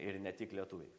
ir ne tik lietuviai